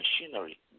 machinery